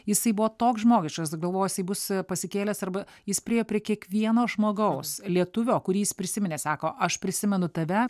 jisai buvo toks žmogiškas galvojau jisai bus pasikėlęs arba jis priėjo prie kiekvieno žmogaus lietuvio kurį jis prisiminė sako aš prisimenu tave